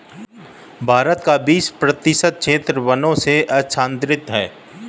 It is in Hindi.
भारत का बीस प्रतिशत क्षेत्र वनों से आच्छादित है